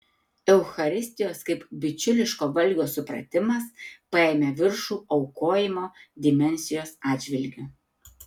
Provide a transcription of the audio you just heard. eucharistijos kaip bičiuliško valgio supratimas paėmė viršų aukojimo dimensijos atžvilgiu